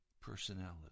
personality